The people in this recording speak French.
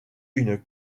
une